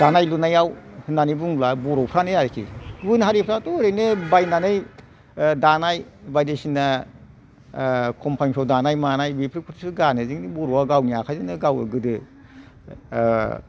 दानाय लुनायाव होननानै बुङोब्ला बर'फ्रानो आरोखि गुबुन हारिफ्राथ' ओरैनो बायनानै दानाय बायदिसिना ओह कमफानिफ्राव दानाय मानाय बेफोरखौसो गानो खिन्थु बर'फ्रा गावनि आखायजोंनो गाव गोदो ओह